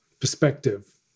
perspective